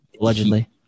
Allegedly